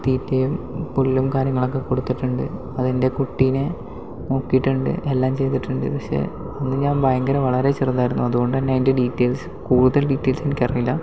തീറ്റയും പുല്ലും കാര്യങ്ങളൊക്കെ കൊടുത്തിട്ടുണ്ട് അതിൻ്റെ കുട്ടീനെ നോക്കിയിട്ടുണ്ട് എല്ലാം ചെയ്തിട്ടുണ്ട് പക്ഷെ അന്ന് ഞാൻ ഭയങ്കര വളരേ ചെറുതായിരുന്നു അതുകൊണ്ടുതന്നെ അതിൻ്റെ ഡീറ്റെയിൽസ് കൂടുതൽ ഡീറ്റെയിൽസ് എനിക്കറിയില്ല